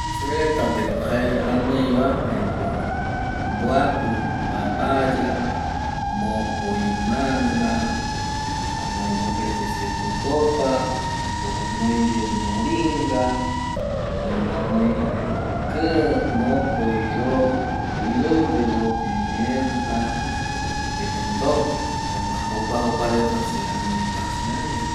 Se reta pe ko jae anoiva mbuapi mbapaya mokoi manga anoi mopeti siete copas jare anoi ye moringa oime anoi jaeko kï mokoi, irundi pimienta jaema jokua jokuanunga anoi se aï a pe.